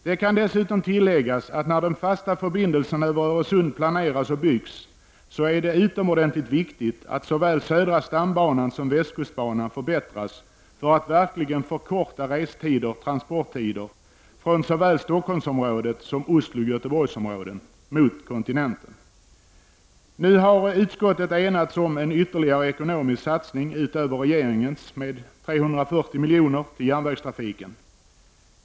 Det kan dessutom tilläggas att när den fasta förbindelsen över Öresund planeras och byggs är det utomordentligt viktigt att såväl södra stambanan som västkustbanan förbättras för att verkligen förkorta restider och transporttider från såväl Stockholmsområdet som Oslo/Göteborgsområdet mot kontinenten. Nu har utskottets ledamöter enats om en ytterligare ekonomisk satsning, utöver regeringens, med 340 miljoner på järnvägstrafiken.